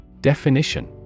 Definition